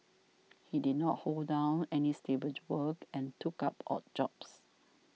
he did not hold down any stable work and took up odd jobs